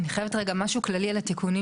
אני חייבת רגע משהו כללי לתיקונים